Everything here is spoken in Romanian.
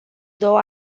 două